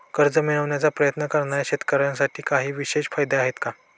कर्ज मिळवण्याचा प्रयत्न करणाऱ्या शेतकऱ्यांसाठी काही विशेष फायदे आहेत का?